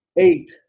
Eight